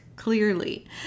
clearly